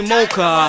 Mocha